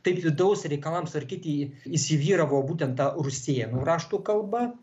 taip vidaus reikalams tvarkyti įsivyravo būtent ta rusėnų rašto kalba